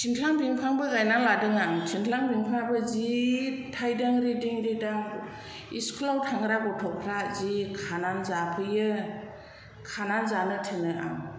थिंख्लां बिफांबो गायनानै लादों आं थिंख्लां बिफाङाबो जि थाइदों रिदिं रिदां इस्कुलाव थांग्रा गथ'फ्रा जि खानानै जाफैयो खानानै जानो थिनो आं